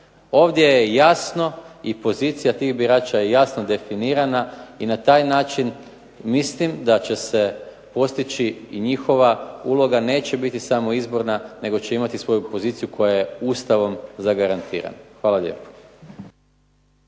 Ovdje je jasno i pozicija tih birača je jasno definirana i na taj način mislim da će se postići i njihova uloga neće biti samo izborna nego će imati svoju poziciju koja je Ustavom zagarantirana. Hvala lijepo.